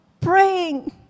Praying